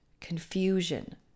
confusion